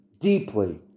deeply